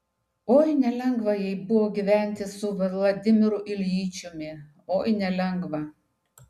oi nelengva jai buvo gyventi su vladimiru iljičiumi oi nelengva